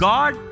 God